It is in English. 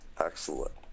Excellent